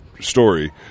story